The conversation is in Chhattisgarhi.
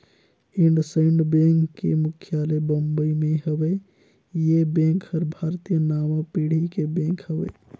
इंडसइंड बेंक के मुख्यालय बंबई मे हेवे, ये बेंक हर भारतीय नांवा पीढ़ी के बेंक हवे